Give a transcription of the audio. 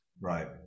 Right